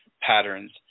patterns